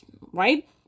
right